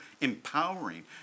empowering